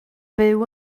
byw